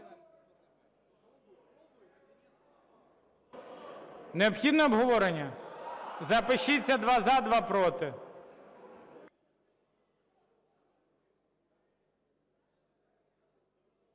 Необхідне обговорення? Запишіться: два – за, два – проти.